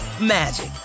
magic